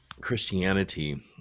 Christianity